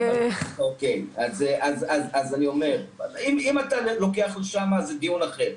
אם אתה לוקח לשם, זה דיון אחר.